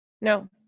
No